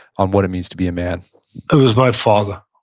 on what it means to be a man it was my father.